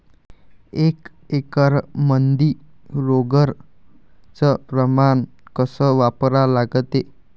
एक एकरमंदी रोगर च प्रमान कस वापरा लागते?